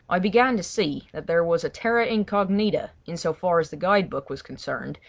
i began to see that there was a terra incognita, in so far as the guide book was concerned,